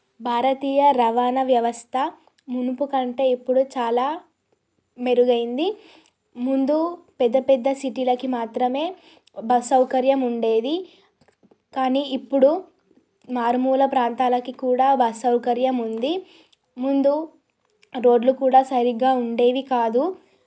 భారతీయ రవాణా వ్యవస్థ మునుపుకంటే ఇప్పుడు చాలా మెరుగైంది ముందు పెద్ద పెద్ద సిటీలకి మాత్రమే బస్ సౌకర్యం ఉండేది కానీ ఇప్పుడు మారుమూల ప్రాంతాలకి కూడా బస్ సౌకర్యం ఉంది ముందు రోడ్లు కూడా సరిగా ఉండేవి కాదు